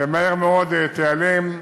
ומהר מאוד היא תיעלם.